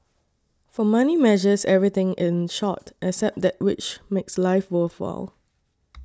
for money measures everything in short except that which makes life worthwhile